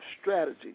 strategy